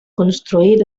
construir